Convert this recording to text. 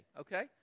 okay